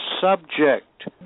subject